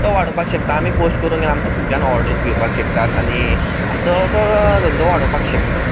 तो वाडोवपाक शकता आमी पोस्ट करून आमच्यान ऑर्डर्स घेवपाक शकतात आनी आमचो असो धंदो वाडोवपाक शकतात